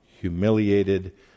humiliated